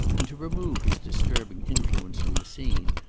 and to remove his disturbing influence from the scene,